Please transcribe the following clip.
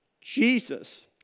Jesus